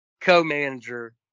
co-manager